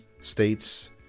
states